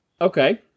Okay